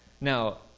Now